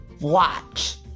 Watch